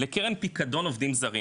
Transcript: לקרן פקדון עובדים זרים,